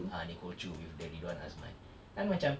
ah nicole choo with the ridhwan azman kan macam